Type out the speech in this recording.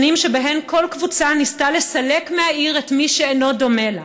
שנים שבהן כל קבוצה ניסתה לסלק מהעיר את מי שאינו דומה לה,